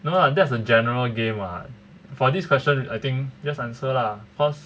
no lah that's a general game what for this question I think just answer lah